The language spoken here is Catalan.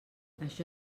això